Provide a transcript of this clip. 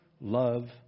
love